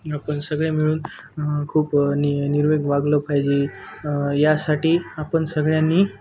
आपण सगळे मिळून खूप नि निर्वेग वागलं पाहिजे यासाठी आपण सगळ्यांनी हे